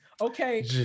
Okay